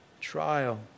Trial